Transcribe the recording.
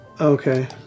Okay